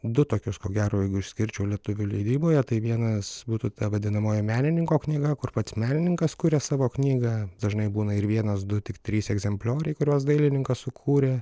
du tokius ko gero jeigu išskirčiau lietuvių leidyboje tai vienas būtų ta vadinamoji menininko knyga kur pats menininkas kuria savo knygą dažnai būna ir vienas du tik trys egzemplioriai kuriuos dailininkas sukūrė